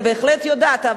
אני בהחלט יודעת,